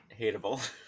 hateable